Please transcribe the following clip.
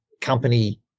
company